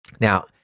Now